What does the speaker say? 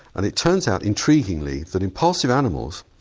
and it turns out intriguingly that impulsive animals,